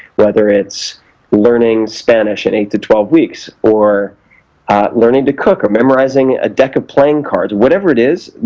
whether it's learning spanish in eight to twelve weeks, or learning to cook or memorizing a deck of playing cards. whatever it is,